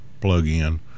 plugin